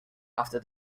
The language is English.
after